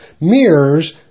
mirrors